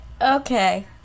Okay